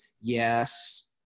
Yes